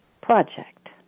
project